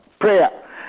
Prayer